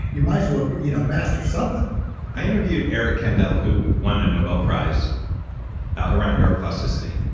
you might as well you know master something i interviewed eric kandel, who won a nobel prize around neuroplasticity.